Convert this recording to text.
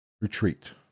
retreat